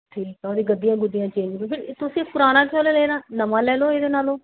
ਠੀਕ ਹੈ ਉਹਦੀ ਗੱਦੀਆਂ ਗੁੱਦੀਆਂ ਚੇਂਜ ਤੁਸੀਂ ਤੁਸੀਂ ਪੁਰਾਣਾ ਕਿਉਂ ਹੀ ਲੈਣਾ ਨਵਾਂ ਲੈ ਲਓ ਇਹਦੇ ਨਾਲੋਂ